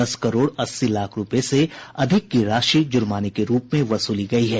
दस करोड़ अस्सी लाख रूपये से अधिक की राशि जुर्माने के रूप में वसूली गयी है